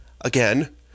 again